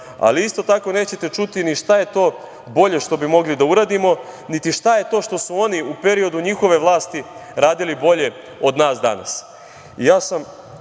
Isto tako nećete čuti ni šta je to bolje što bi mogli da uradimo, niti šta je to što su oni u periodu njihove vlasti radili bolje od nas danas. Ja